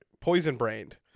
poison-brained